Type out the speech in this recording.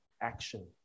action